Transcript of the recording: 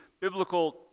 biblical